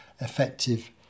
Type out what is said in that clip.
effective